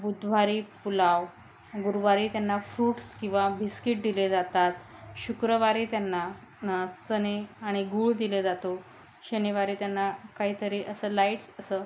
बुधवारी पुलाव गुरुवारी त्यांना फ्रूट्स किंवा बिस्किट दिले जातात शुक्रवारी त्यांना चणे आणि गुळ दिले जातो शनिवारी त्यांना काहीतरी असं लाईट्स असं